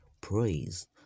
praise